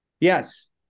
Yes